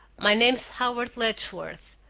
my name's howard letchworth.